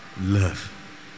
love